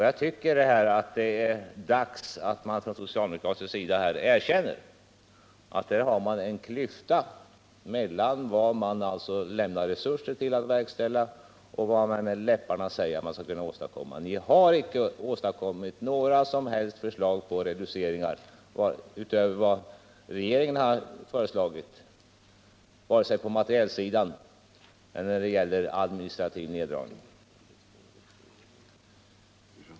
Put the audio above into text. Jag tycker det är dags att man från socialdemokratisk sida erkänner att det är en klyfta mellan vad man lämnar resurser till för att verkställa och vad man med läpparna säger att man skall kunna åstadkomma. Ni har icke åstadkommit några som helst förslag till reduceringar utöver vad regeringen har föreslagit, vare sig på materielsidan eller när det gäller administrativ neddragning.